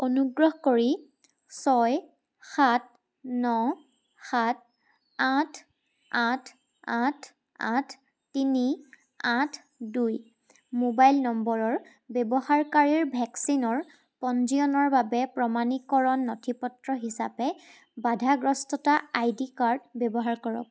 অনুগ্ৰহ কৰি ছয় সাত ন সাত আঠ আঠ আঠ আঠ তিনি আঠ দুই মোবাইল নম্বৰৰ ব্যৱহাৰকাৰীৰ ভেকচিনৰ পঞ্জীয়নৰ বাবে প্ৰমাণীকৰণ নথিপত্ৰ হিচাপে বাধাগ্ৰস্ততা আইডি কাৰ্ড ব্যৱহাৰ কৰক